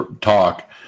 talk